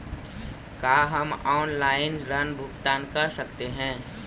का हम आनलाइन ऋण भुगतान कर सकते हैं?